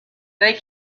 they